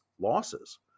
losses